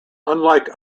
unlike